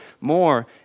more